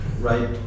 Right